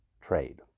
trade